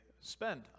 spend